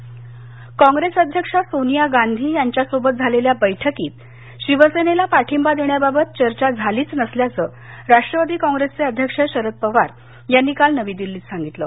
शरद पवार काँग्रेस अध्यक्षा सोनिया गांधी यांच्यासोबत झालेल्या बैठकीत शिवसेनेला पाठिंबा देण्याबाबत चर्चा झालीच नसल्याचं राष्ट्रवादी कॉंग्रेसचे अध्यक्ष शरद पवार यांनी काल नवी दिल्लीत सांगितलं